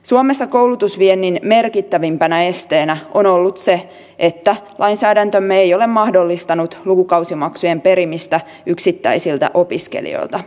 suomessa koulutusviennin merkittävimpänä esteenä on ollut se että lainsäädäntömme ei ole mahdollistanut lukukausimaksujen perimistä yksittäisiltä opiskelijoilta